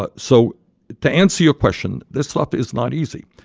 but so to answer your question, this stuff is not easy.